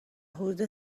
حدود